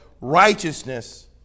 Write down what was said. Righteousness